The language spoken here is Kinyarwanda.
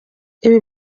ibi